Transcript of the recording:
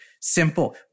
simple